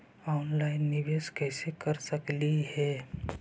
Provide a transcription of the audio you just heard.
Online निबेस कैसे कर सकली हे?